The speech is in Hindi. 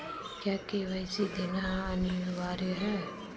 क्या के.वाई.सी देना अनिवार्य है?